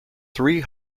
three